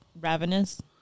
Ravenous